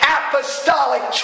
apostolic